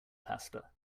pasta